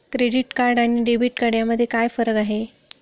Credit card आणि debit card यामध्ये काय फरक आहे?